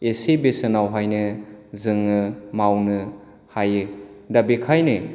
एसे बेसेनावहायनो जोङो मावनो हायो दा बेनिखायनो